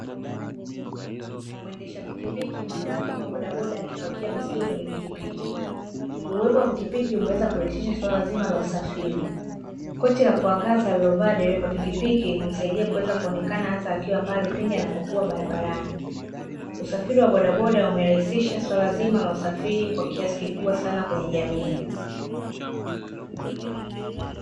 Mwendesha pikipiki maarufu kama bodaboda akipakia mzigo kwenye pikipiki. Uwepo wa pikipiki umeweza kurahisisha suala zima la usafiri. Koti la kuangaza aliovaa dereva pikipiki humsaidia kuweza kuonekana hata akiwa mbali pindi anapokuwa barabarani. Usafiri wa bodaboda umerahisisha swala zima la usafiri kwa kiasi kikubwa sana kwenye jamii.